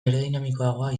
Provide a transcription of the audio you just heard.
aerodinamikoagoa